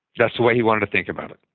that's the way he wanted to think about it.